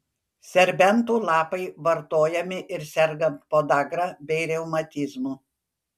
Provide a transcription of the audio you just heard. serbentų lapai vartojami ir sergant podagra bei reumatizmu